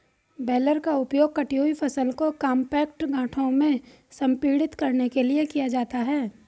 baler का उपयोग कटी हुई फसल को कॉम्पैक्ट गांठों में संपीड़ित करने के लिए किया जाता है